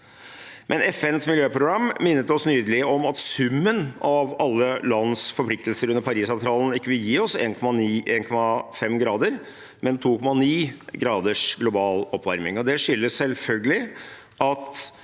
Men FNs miljøprogram minnet oss nylig om at summen av alle lands forpliktelser under Parisavtalen ikke vil gi oss 1,5 grader, men 2,9 grader global oppvarming. Det skyldes selvfølgelig at